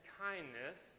kindness